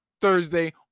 Thursday